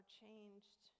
changed